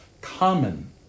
common